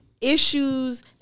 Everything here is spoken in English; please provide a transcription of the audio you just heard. issues